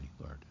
Lord